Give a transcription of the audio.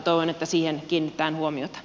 toivon että siihen kiinnitetään huomiota